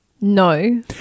No